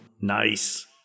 Nice